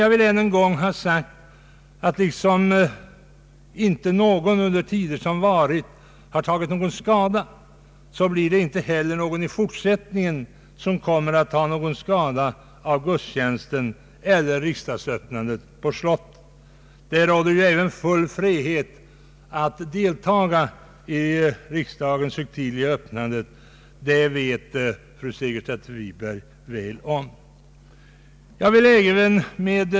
Jag vill dock än en gång framhålla att, liksom under gångna tider inte någon har tagit skada, kommer inte heller i fortsättningen någon att ta skada av gudstjänsten eller av riksdagsöppnandet på slottet. Det råder ju full frihet att deltaga i riksdagens högtidliga öppnande, den saken känner fru Segerstedt Wiberg väl till.